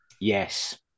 Yes